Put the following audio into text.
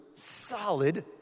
Solid